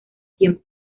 tiempo